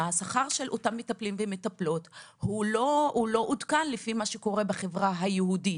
השכר של אותם מטפלים ומטפלות לא עודכן לפי מה שקורה בחברה היהודית.